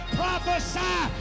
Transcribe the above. prophesy